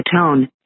tone